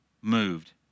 moved